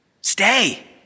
stay